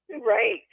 right